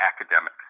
academic